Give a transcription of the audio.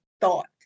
thought